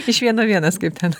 iš vieno vienas kaip ten